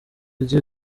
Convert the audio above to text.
rye